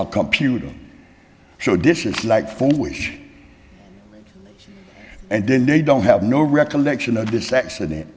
a computer show dishes like for wish and then they don't have no recollection of this accident